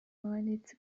maliyeti